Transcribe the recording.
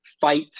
fight